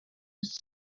z’u